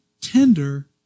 tender